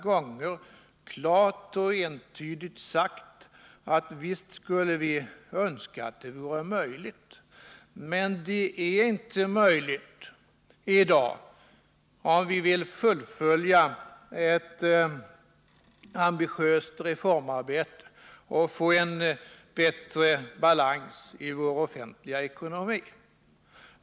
Vi har klart och entydigt sagt att visst skulle vi önska att det vore möjligt men att det inte är möjligt i dag om vi vill fullfölja ett ambitiöst reformarbete och få en bättre balans i vår offentliga ekonomi.